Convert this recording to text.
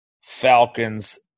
Falcons